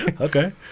Okay